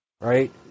right